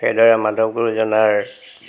সেইদৰে মাধৱ গুৰুজনাৰ